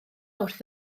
wrth